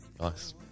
Nice